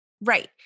Right